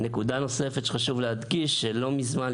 נקודה נוספת שחשוב להדגיש היא שלא מזמן,